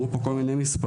אמרו פה כל מני מספרים,